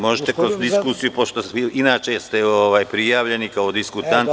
Možete kroz diskusiju, pošto ste inače prijavljeni kao diskutant.